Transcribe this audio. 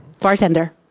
Bartender